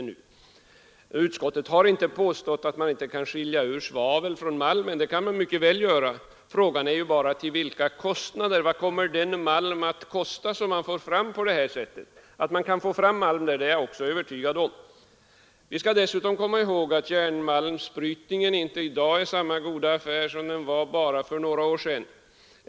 Utskottet har inte påstått att man inte kan skilja ur svavel från malmen. Det kan man mycket väl göra. Frågan är bara: till vilken kostnad? Jag är övertygad om att man kan få fram malm, men vad kommer den malm att kosta som man får fram på det sättet? Vi skall dessutom komma ihåg att järnmalmsbrytning i dag inte är samma goda affär som bara för några år sedan.